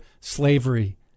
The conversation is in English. slavery